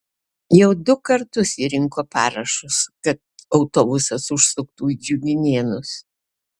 jau du kartus ji rinko parašus kad autobusas užsuktų į džiuginėnus